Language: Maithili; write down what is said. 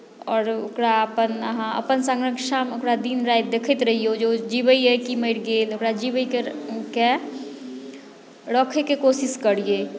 आओर ओकरा अपन अहाँ अपन सँरक्षामे ओकरा दिन राति देखैत रहियौ जे ओ जीवैए कि मरि गेल ओकरा जीवयके रखयके कोशिश करियै